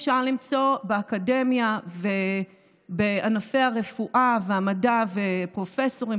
אפשר למצוא באקדמיה ובענפי הרפואה והמדע פרופסורים